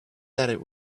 that